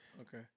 Okay